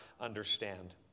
understand